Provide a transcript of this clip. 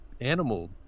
animal